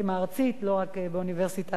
לא רק באוניברסיטת בן-גוריון,